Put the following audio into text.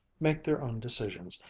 make their own decisions,